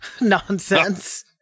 nonsense